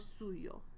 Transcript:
suyo